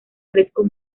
fresco